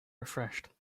refreshed